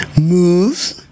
move